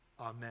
Amen